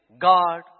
God